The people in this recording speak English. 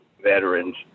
veterans